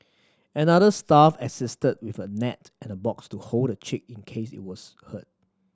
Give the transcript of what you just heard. another staff assisted with a net and a box to hold the chick in case it was hurt